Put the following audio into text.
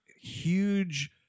huge